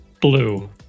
Blue